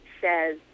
says